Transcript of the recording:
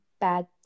bad